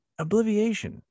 Obliviation